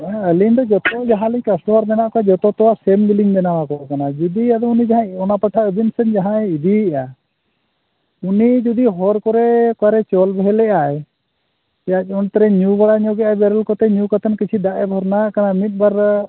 ᱦᱮᱸ ᱟᱹᱞᱤᱧ ᱫᱚ ᱡᱚᱛᱚ ᱡᱟᱦᱟᱸ ᱞᱤᱧ ᱠᱟᱥᱴᱚᱢᱟᱨ ᱢᱮᱱᱟᱜ ᱠᱚᱣᱟ ᱡᱚᱛᱚ ᱛᱚ ᱥᱮᱢ ᱜᱮᱞᱤᱧ ᱵᱮᱱᱟᱣ ᱟᱠᱚ ᱠᱟᱱᱟ ᱡᱩᱫᱤ ᱟᱫᱚ ᱩᱱᱤ ᱫᱚ ᱦᱟᱸᱜ ᱚᱱᱟ ᱵᱟᱠᱷᱨᱟ ᱟᱹᱵᱤᱱ ᱥᱮᱫ ᱡᱟᱦᱟᱸᱭ ᱤᱫᱤᱭᱮᱫᱼᱟᱭ ᱩᱱᱤ ᱡᱩᱫᱤ ᱦᱚᱨ ᱠᱚᱨᱮ ᱚᱠᱟᱨᱮ ᱪᱚᱞ ᱵᱷᱟᱹᱞᱮᱜᱼᱟᱭ ᱪᱮᱫ ᱚᱱᱛᱮ ᱨᱮ ᱧᱩ ᱵᱟᱲᱟᱭ ᱧᱩᱜ ᱠᱚᱛᱮᱱ ᱠᱤᱪᱷᱩ ᱫᱟᱜ ᱵᱷᱟᱨᱱᱟ ᱠᱟᱜᱼᱟ ᱢᱤᱫ ᱵᱟᱨᱭᱟ